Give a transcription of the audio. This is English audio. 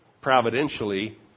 providentially